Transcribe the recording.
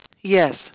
Yes